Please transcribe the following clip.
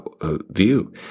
view